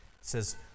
says